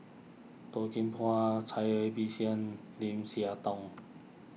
Toh Kim Hwa Cai Bixia Lim Siah Tong